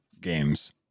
games